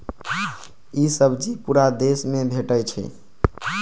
ई सब्जी पूरा देश मे भेटै छै